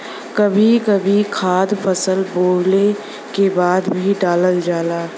कभी कभी खाद फसल बोवले के बाद भी डालल जाला